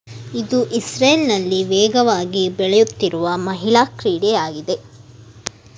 ಇದು ಇಸ್ರೇಲ್ನಲ್ಲಿ ವೇಗವಾಗಿ ಬೆಳೆಯುತ್ತಿರುವ ಮಹಿಳಾ ಕ್ರೀಡೆಯಾಗಿದೆ